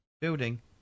building